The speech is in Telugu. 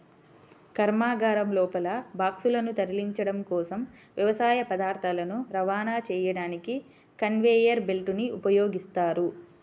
కర్మాగారం లోపల బాక్సులను తరలించడం కోసం, వ్యవసాయ పదార్థాలను రవాణా చేయడానికి కన్వేయర్ బెల్ట్ ని ఉపయోగిస్తారు